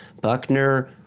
Buckner